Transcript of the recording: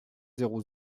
zéro